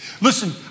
Listen